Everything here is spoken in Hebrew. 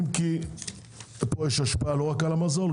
אם כי פה יש השפעה לא רק על המזון,